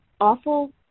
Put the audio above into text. awful